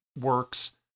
works